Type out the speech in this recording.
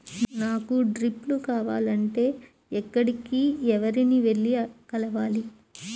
నాకు డ్రిప్లు కావాలి అంటే ఎక్కడికి, ఎవరిని వెళ్లి కలవాలి?